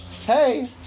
Hey